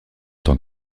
tant